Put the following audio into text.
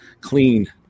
clean